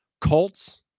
Colts